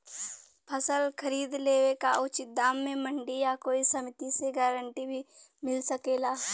फसल खरीद लेवे क उचित दाम में मंडी या कोई समिति से गारंटी भी मिल सकेला?